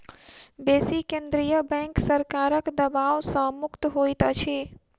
बेसी केंद्रीय बैंक सरकारक दबाव सॅ मुक्त होइत अछि